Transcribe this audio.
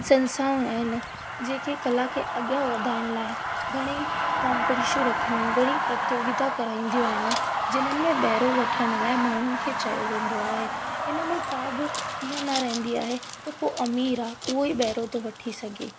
संस्थाऊं आहिनि जेके कला खे अॻियां वधाइण लाइ घणेई कॉम्पटीशन रखंदियूं आहिनि घणेई प्रतियोगिता कराईंदियूं आहिनि जिन्हनि में बहिरो वठण लाइ माण्हुनि खे चयो वेंदो आहे हिन में का बि इयं न रहंदी आहे त को अमीर आहे उहो ई बहिरो थो वठी सघे